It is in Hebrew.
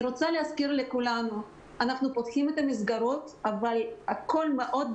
אנחנו פותחים את המסגרות בהדרגה.